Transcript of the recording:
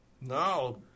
No